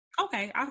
Okay